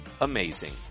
amazing